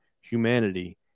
humanity